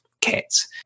cats